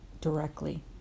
directly